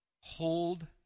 hold